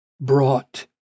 brought